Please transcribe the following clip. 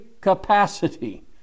capacity